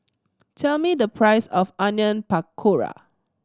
tell me the price of Onion Pakora